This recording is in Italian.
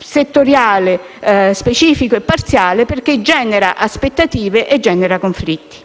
settoriale, specifico e parziale, perché genera aspettative e conflitti.